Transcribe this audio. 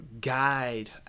guide